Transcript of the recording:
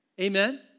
Amen